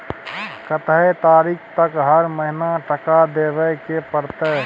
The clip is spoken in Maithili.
कत्ते तारीख तक हर महीना टका देबै के परतै?